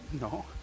no